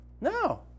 No